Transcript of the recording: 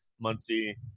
Muncie